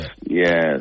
Yes